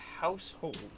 household